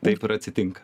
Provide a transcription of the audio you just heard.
taip ir atsitinka